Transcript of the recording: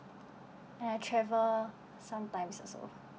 and I travel sometimes also